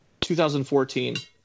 2014